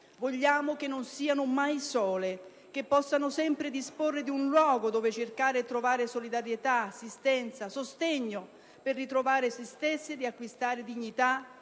Vogliamo che non siano mai sole, che possano sempre disporre di un luogo in cui cercare e trovare solidarietà, assistenza, sostegno per ritrovare se stesse e riacquistare dignità,